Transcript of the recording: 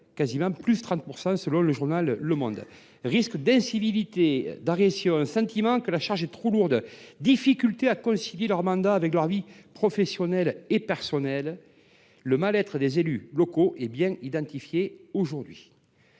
seraient en augmentation de près de 30 %. Risques d’incivilités ou d’agressions, sentiment que la charge est trop lourde, difficultés à concilier leur mandat avec leur vie professionnelle et personnelle : le mal être des élus locaux est bien identifié aujourd’hui.